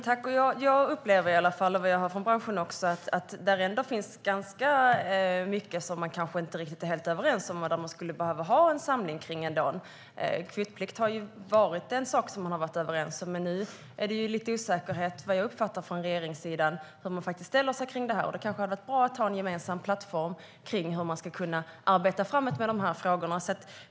Herr talman! Jag upplever och hör även från branschen att det ändå finns ganska mycket som man kanske inte är helt överens om och som man skulle behöva ha en samling kring. Kvotplikt har varit en fråga man har varit överens om, men utifrån vad jag uppfattar från regeringssidan finns det nu lite osäkerhet i hur man faktiskt ställer sig till detta. Det kanske hade varit bra att ha en gemensam plattform kring hur man ska kunna arbeta framåt med de här frågorna.